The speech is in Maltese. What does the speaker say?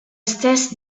istess